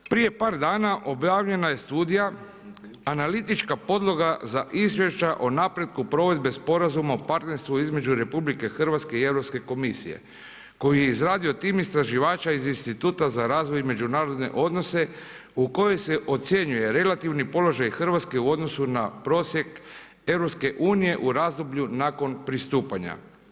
Prije par dana objavljena je studija, analitička podloga za izvješća o napretku provedbe sporazumna o partnerstvu između RH i Europske komisije koji je izradio tim istraživača iz Instituta za razvoj međunarodnih odnosa u kojoj se ocjenjuje relativni položaj Hrvatske u odnosu na prosjek EU-a u razdoblju nakon pristupanja.